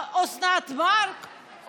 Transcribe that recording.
או את אוסנת מארק,